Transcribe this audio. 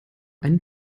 einen